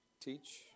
teach